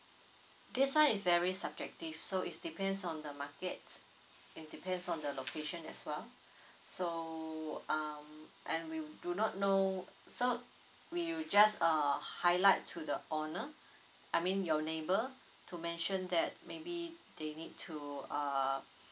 this one is very subjective so is depends on the market it depends on the location as well so um and we do not know so we will just uh highlight to the owner I mean your neighbour to mention that maybe they need to uh